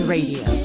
Radio